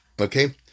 Okay